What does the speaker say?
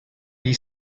gli